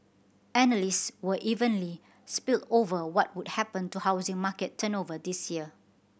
analyst were evenly split over what would happen to housing market turnover this year